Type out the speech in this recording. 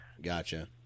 gotcha